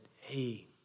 hey